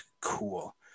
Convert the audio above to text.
Cool